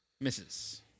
misses